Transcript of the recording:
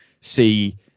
see